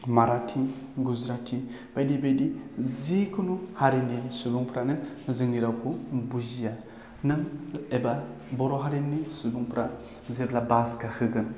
माराठी गुजराटि बायदि बायदि जिखुनु हारिनि सुबुंफ्रानो जोंनि रावखौ बुजिया नों एबा बर' हारिनि सुुबंफ्रा जेब्ला बास गाखोगोन